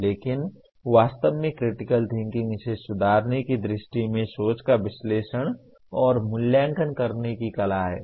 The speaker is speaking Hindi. लेकिन वास्तव में क्रिटिकल थिंकिंग इसे सुधारने की दृष्टि से सोच का विश्लेषण और मूल्यांकन करने की कला है